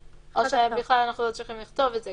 או שבכלל שאנחנו לא צריכים לכתוב את זה.